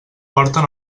porten